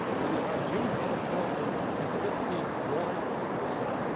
when you have youth unemployment at fifty one percent,